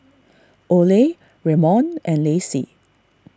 Ole Raymon and Lacey